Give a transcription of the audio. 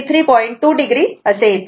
2 o असे येते